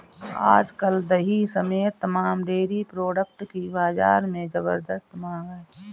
आज कल दही समेत तमाम डेरी प्रोडक्ट की बाजार में ज़बरदस्त मांग है